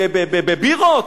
בבירות?